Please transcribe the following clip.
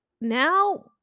now